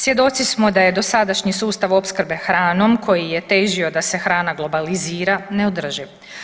Svjedoci smo da je dosadašnji sustav opskrbe hranom koji je težio da se hrana globalizira neodrživ.